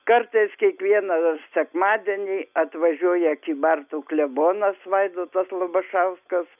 kartais kiekvieną sekmadienį atvažiuoja kybartų klebonas vaidotas labašauskas